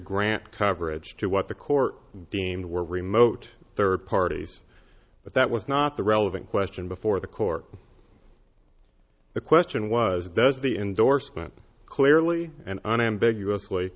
grant coverage to what the court deemed were remote third parties but that was not the relevant question before the court the question was does the endorsement clearly and unambiguous